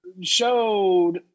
Showed